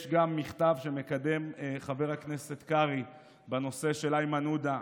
יש גם מכתב שמקדם חבר הכנסת קרעי בנושא של איימן עודה.